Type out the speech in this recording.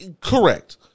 Correct